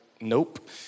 nope